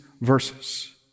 verses